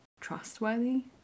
trustworthy